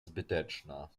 zbyteczna